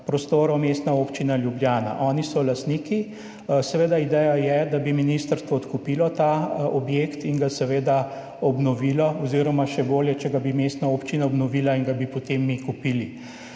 prostorov Mestna občina Ljubljana, oni so lastniki. Ideja je, da bi ministrstvo odkupilo ta objekt in ga obnovilo, oziroma še bolje če bi ga mestna občina obnovila in bi ga potem mi kupili.